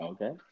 Okay